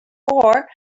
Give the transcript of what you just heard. war